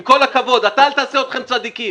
עם כל הכבוד, אל תעשה אתכם צדיקים.